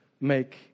make